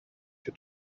your